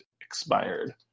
expired